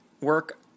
work